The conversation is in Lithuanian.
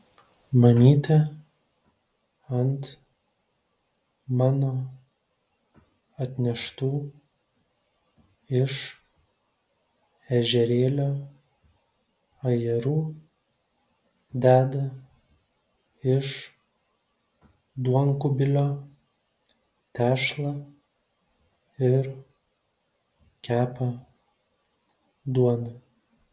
mamytė ant mano atneštų iš ežerėlio ajerų deda iš duonkubilio tešlą ir kepa duoną